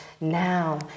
now